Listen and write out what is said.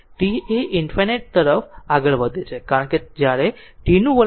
t એ ∞ તરફ આગળ વધે છે કારણ કે જ્યારે t નું વલણ